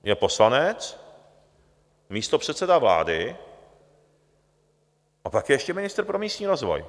Je poslanec, místopředseda vlády a pak je ještě ministr pro místní rozvoj.